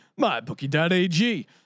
MyBookie.ag